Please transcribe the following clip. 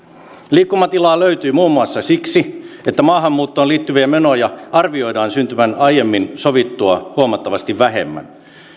liikkumatilaa löytyi muun muassa siksi että maahanmuuttoon liittyviä menoja arvioidaan syntyvän aiemmin sovittua huomattavasti vähemmän